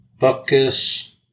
Buckus